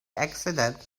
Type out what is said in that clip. accident